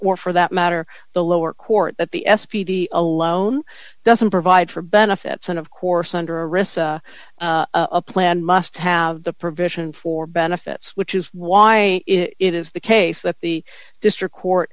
or for that matter the lower court that the s p d alone doesn't provide for benefits and of course under a risk a plan must have the provision for benefits which is why it is the case that the district court